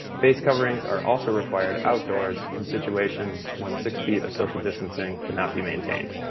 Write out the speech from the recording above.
face coverings are also required outdoors in situations when six feet of social distancing cannot be maintained.